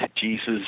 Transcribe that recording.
Jesus